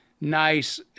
nice